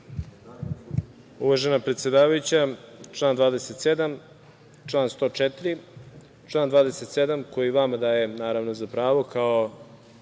Uvažena predsedavajuća, član 27, član 104. Član 27. koji vama daje, naravno, za pravo kao